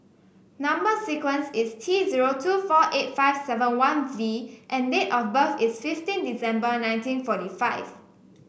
number sequence is T zero two four eight five seven one V and date of birth is fifteen December nineteen forty five